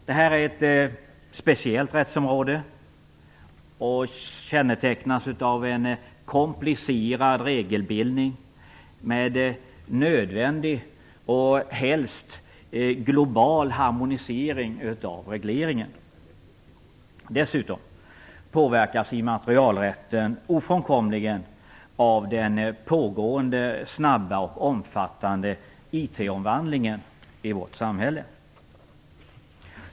Detta är ett speciellt rättsområde och det kännetecknas av en komplicerad regelbildning med nödvändig och helst global harmonisering av regleringen. Dessutom påverkas immaterialrätten ofrånkomligen av den pågående snabba och omfattande IT-omvandlingen i vårt samhälle.